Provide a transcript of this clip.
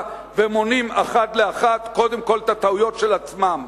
ומונים אחת לאחת קודם כול את הטעויות של עצמם,